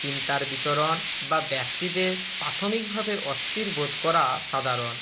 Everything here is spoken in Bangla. চিন্তার বিচরণ বা ব্যক্তিদের প্রাথমিকভাবে অস্থির বোধ করা সাধারন